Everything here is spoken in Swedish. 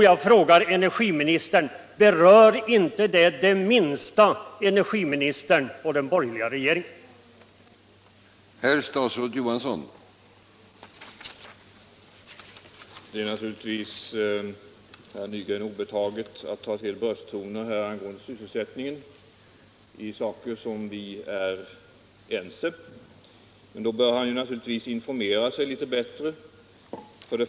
Jag frågar energiministern: Berör inte detta energiministern och den borgerliga regeringen det minsta?